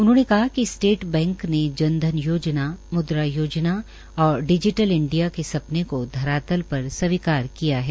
उन्होंन कहा कि स्टेट बैंक ने जन धन योजना मुद्रा योजना और डिजीटल इंडिया के सपने को धरातल पर स्वीकार किया है